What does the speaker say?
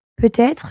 Peut-être